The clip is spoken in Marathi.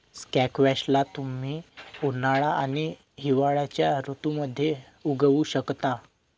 स्क्वॅश ला तुम्ही उन्हाळा आणि हिवाळ्याच्या ऋतूमध्ये उगवु शकता